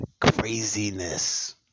craziness